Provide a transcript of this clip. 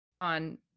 on